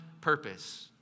purpose